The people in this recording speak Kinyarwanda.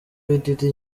diddy